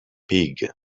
pig